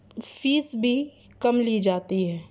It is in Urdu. فیس بھی کم لی جاتی ہے